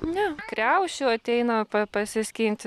ne kriaušių ateina pasiskinti